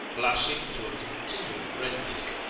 blushing to a continuate redness.